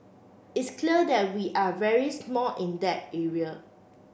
it's clear that we are very small in that area